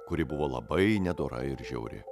kuri buvo labai nedora ir žiauri